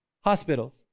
Hospitals